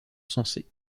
sensée